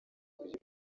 kugira